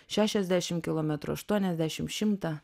šešiasdešim kilometrų aštuoniasdešim šimtą